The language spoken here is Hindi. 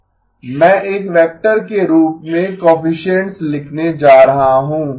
मैं एक वेक्टर के रूप में कोएफिसिएन्ट्स लिखने जा रहा हूं